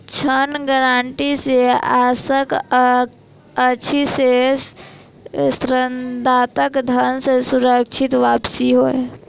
ऋण गारंटी सॅ आशय अछि जे ऋणदाताक धन के सुनिश्चित वापसी होय